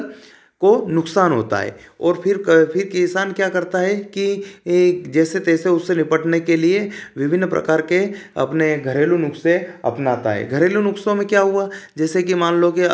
को नुकसान होता है और फिर क फिर किसान क्या करता है कि जैसे तैसे उसे निपटने के लिए विभिन्न प्रकार के अपने घरेलू नुस्ख़े अपनाता है घरेलू नुस्ख़े में क्या हुआ जैसे कि मान लो कि